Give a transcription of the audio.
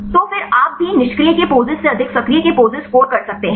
तो फिर आप भी निष्क्रिय के पोसेस से अधिक सक्रिय के पोसेस स्कोर कर सकते हैं